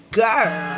girl